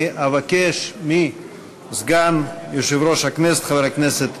אני אבקש מסגן יושב-ראש הכנסת חבר הכנסת